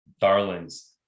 Darlings